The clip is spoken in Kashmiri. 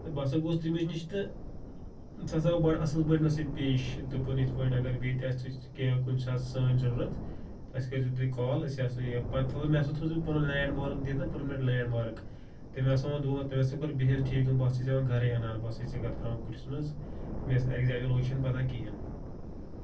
تہٕ بہٕ ہَسا گوس تٔمِس نِش تہٕ سُہ ہسا آو بَڑٕ اَصٕل پٲٹھۍ مےٚ سۭتۍ پیش دوٚپُن یِتھ پٲٹھۍ اگر بیٚیہِ تہِ آسہِ کینہہ کُنہِ ساتہٕ سٲنۍ ضروٗرتھ تہٕ اَسہِ کٔرۍ زیو تُہۍ کال أسۍ آسو پتہٕ تھٲوٕن مےٚ سۭتۍ پنُن لینڈمارٕک دِنہٕ پٔرمنٹ لینڈمارٕک تٔمۍ ہسا ووٚن دوٚپُن بِہِو ٹھیٖک بہٕ آسٕے ژےٚ وۄنۍ گرے انان بہٕ آسٕے ژےٚ گرٕ ترٲوان کُٹھِس منٛز مےٚ ٲس نہٕ ایکزیک لوکیشن پتاہ کہیٖنۍ